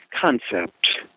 concept